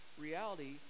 reality